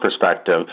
perspective